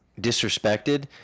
disrespected